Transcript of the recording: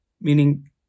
meaning